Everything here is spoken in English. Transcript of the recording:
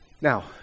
Now